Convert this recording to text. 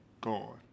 gone